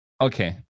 okay